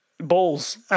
Balls